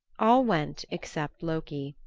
all went except loki,